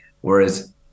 Whereas